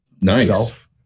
Nice